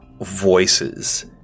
voices